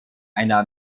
einer